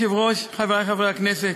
אדוני היושב-ראש, חברי חברי הכנסת,